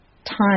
Time